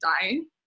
dying